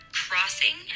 crossing